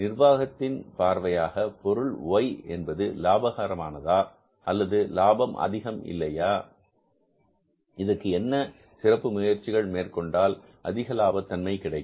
நிர்வாகத்தின் பார்வையாக பொருள் Y என்பது லாபகரமானதா அல்லது அதிக லாபம் இல்லையா இதற்கு என்ன சிறப்பு முயற்சிகள் மேற்கொண்டால் அதிக லாப தன்மை கிடைக்கும்